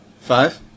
Five